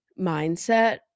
mindset